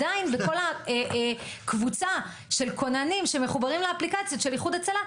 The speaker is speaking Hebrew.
עדיין וכל הקבוצה של כוננים שמחוברים לאפליקציה של איחוד הצלה,